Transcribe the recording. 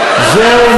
זה לא